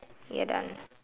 ya done